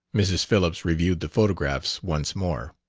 mrs. phillips reviewed the photographs once more.